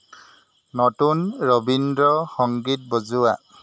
নতুন ৰবীন্দ্ৰ সংগীত বজোৱা